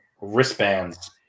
wristbands